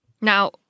Now